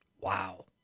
Wow